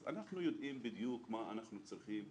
אז אנחנו יודעים בדיוק מה אנחנו צריכים.